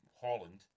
Holland